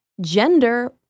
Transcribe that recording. gender